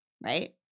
Right